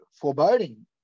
foreboding